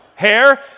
hair